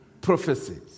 prophecies